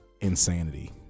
insanity